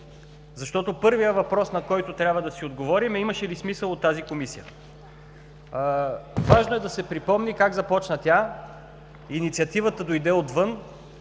защото първият въпрос, на който трябва да си отговорим е, имаше ли смисъл от тази Комисия? Важно е да се припомни как започна тя – инициативата дойде отвън,